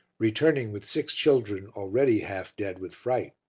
returning with six children already half dead with fright.